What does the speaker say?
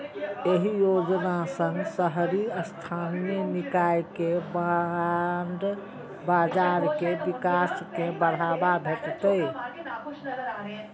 एहि योजना सं शहरी स्थानीय निकाय के बांड बाजार के विकास कें बढ़ावा भेटतै